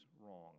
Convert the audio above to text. wrong